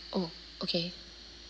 oh okay